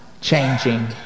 changing